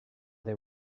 they